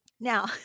now